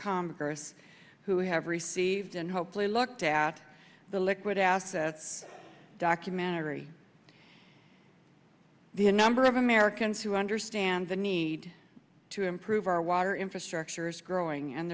congress who have received and hopefully looked at the liquid assets documentary the number of americans who understand the need to improve our water infrastructure is growing and